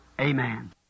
Amen